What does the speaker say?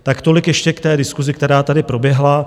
Tak tolik ještě k té diskusi, která tady proběhla.